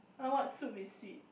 like what soup is sweet